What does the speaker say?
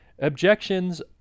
Objections